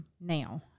Now